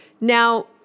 Now